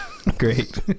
Great